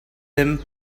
him